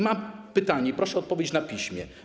Mam pytanie, proszę o odpowiedź na piśmie.